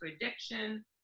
addiction